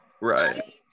right